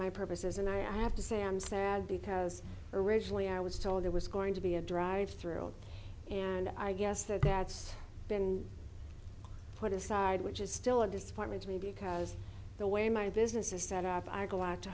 my purposes and i have to say i'm sad because originally i was told there was going to be a drive through and i guess that's been put aside which is still a disappointment to me because the way my business is set up i go out to